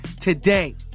today